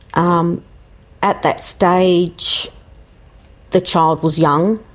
um at that stage the child was young.